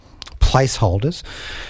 placeholders